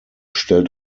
stellt